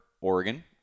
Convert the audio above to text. Oregon